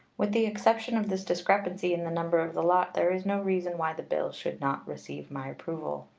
with the exception of this discrepancy in the number of the lot there is no reason why the bill should not receive my approval.